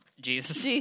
Jesus